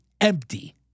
empty